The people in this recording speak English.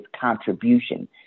contribution